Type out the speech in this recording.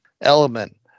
element